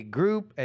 group